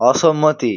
অসম্মতি